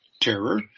terror